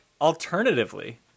alternatively